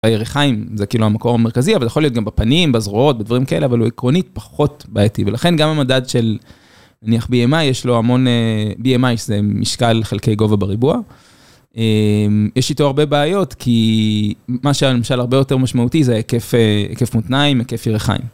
הירכיים זה כאילו המקור המרכזי, אבל יכול להיות גם בפנים, בזרועות, בדברים כאלה, אבל הוא עקרונית פחות בעייתי, ולכן גם המדד של נניח BMI, יש לו המון, BMI זה משקל חלקי גובה בריבוע, יש איתו הרבה בעיות, כי מה שהיה למשל הרבה יותר משמעותי, זה היקף מותניים, היקף ירכיים.